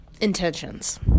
intentions